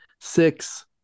six